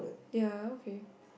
they are okay